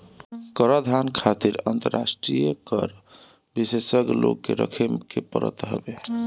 कराधान खातिर अंतरराष्ट्रीय कर विशेषज्ञ लोग के रखे के पड़त हवे